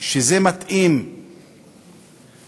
שזה מתאים לכנסת